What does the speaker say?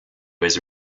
his